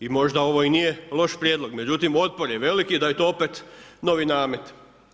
I možda ovo i nije loš prijedlog međutim otpor je veliki da je to novi namet.